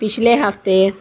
ਪਿਛਲੇ ਹਫ਼ਤੇ